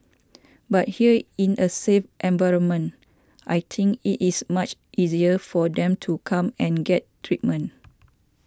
but here in a safe environment I think it is much easier for them to come and get treatment